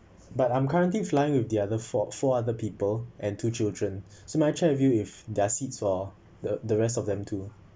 but I'm currently flying with the other fault four other people and two children so may I check with you if there are seats for the the rest of them too